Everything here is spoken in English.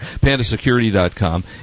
Pandasecurity.com